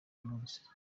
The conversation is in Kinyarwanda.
munsi